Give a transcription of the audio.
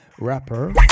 Rapper